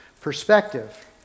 perspective